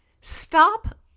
stop